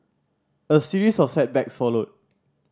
a series of setbacks followed